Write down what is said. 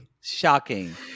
Shocking